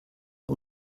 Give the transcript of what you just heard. der